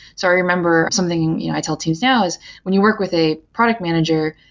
so i remember something you know i tell teams now is when you work with a product manager,